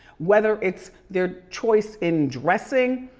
whether it's their choice in dressing,